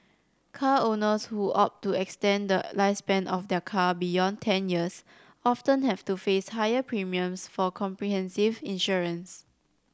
car owners who opt to extend the lifespan of their car beyond ten years often have to face higher premiums for comprehensive insurance